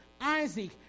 Isaac